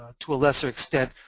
to a lesser extent,